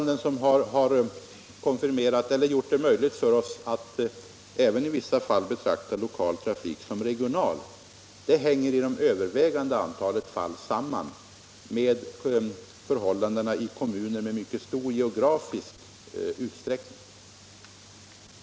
Det som har gjort det möjligt för oss att i vissa fall betrakta lokal trafik som regional är i det överväldigande antalet fall rådande förhållanden i kommuner med mycket stor geografisk utsträckning.